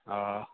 آ